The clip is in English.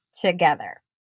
together